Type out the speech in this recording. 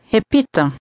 Repita